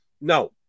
No